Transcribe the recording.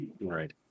right